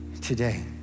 today